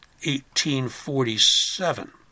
1847